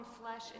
flesh